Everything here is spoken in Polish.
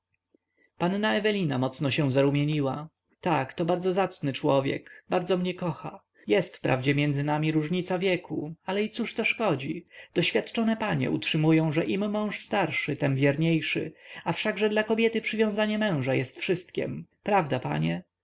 panna ewelina mocno się zarumieniła tak to bardzo zacny człowiek bardzo mnie kocha jest wprawdzie między nami różnica wieku ale i cóż to szkodzi doświadczone panie utrzymują że im mąż starszy tem wierniejszy a wszakże dla kobiety przywiązanie męża jest wszystkiem prawda panie